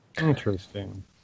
interesting